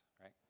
right